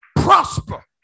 prosper